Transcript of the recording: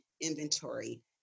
inventory